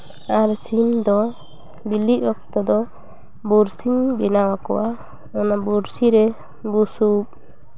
ᱟᱨ ᱥᱤᱢ ᱫᱚ ᱵᱤᱞᱤ ᱚᱠᱛᱚ ᱫᱚ ᱵᱩᱨᱥᱤᱧ ᱵᱮᱱᱟᱣ ᱟᱠᱚᱣᱟ ᱚᱱᱟ ᱵᱩᱨᱥᱤ ᱨᱮ ᱵᱩᱥᱩᱵ